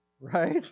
Right